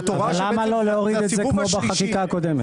למה לא להוריד את זה כמו בחקיקה הקודמת?